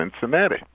Cincinnati